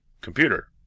computer